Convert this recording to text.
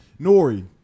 nori